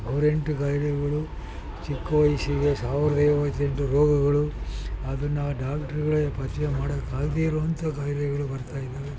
ನೂರೆಂಟು ಕಾಯಿಲೆಗಳು ಚಿಕ್ಕ ವಯಸ್ಸಿಗೆ ಸಾವ್ರ್ದ ಐವತ್ತೆಂಟು ರೋಗಗಳು ಅದನ್ನ ಡಾಕ್ಟ್ರುಗಳೆ ಪರಿಚಯ ಮಾಡೋಕೆ ಆಗದೇ ಇರುವಂಥ ಕಾಯಿಲೆಗಳು ಬರ್ತಾಯಿದ್ದಾವೆ